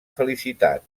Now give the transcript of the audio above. felicitat